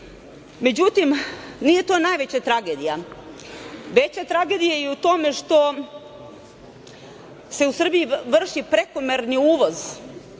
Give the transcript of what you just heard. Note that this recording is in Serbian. Međutim, nije to najveća tragedija. Veća tragedija je u tome što se u Srbiji vrši prekomerni uvoz